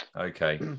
Okay